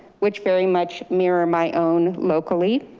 which very much mirror my own locally.